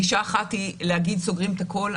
גישה אחת היא להגיד שסוגרים הכול.